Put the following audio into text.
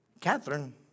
Catherine